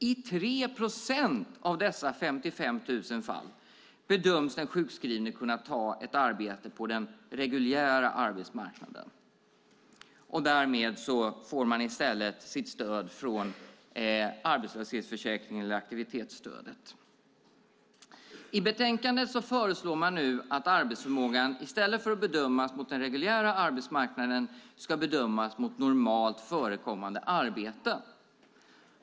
I 3 procent av dessa 55 000 fall bedöms den sjukskrivne kunna ta ett arbete på den reguljära arbetsmarknaden, och därmed får man sitt stöd från arbetslöshetsförsäkring eller aktivitetsstöd i stället. I betänkandet föreslås att arbetsförmågan, i stället för att bedömas mot den reguljära arbetsmarknaden, ska bedömas mot normalt förekommande arbete.